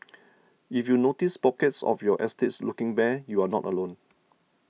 if you notice pockets of your estates looking bare you are not alone